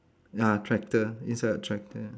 ah tractor inside a tractor